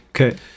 okay